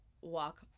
walk